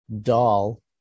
doll